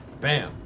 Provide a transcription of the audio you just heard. Bam